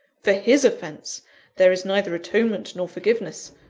for his offence there is neither atonement nor forgiveness.